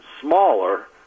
smaller